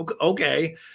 Okay